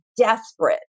desperate